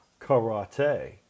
karate